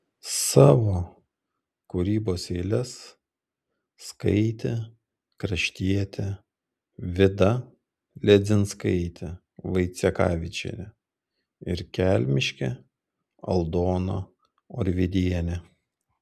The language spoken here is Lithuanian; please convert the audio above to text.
savo kūrybos eiles skaitė kraštietė vida ledzinskaitė vaicekavičienė ir kelmiškė aldona orvidienė